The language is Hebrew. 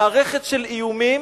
מערכת של איומים